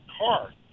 car